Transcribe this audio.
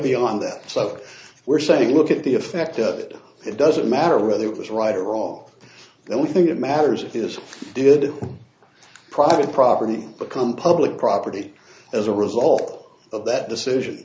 beyond that so we're saying look at the effect of it it doesn't matter whether it was right or wrong the only thing that matters is did it private property become public property as a result of that decision